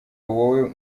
wowe